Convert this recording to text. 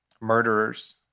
Murderers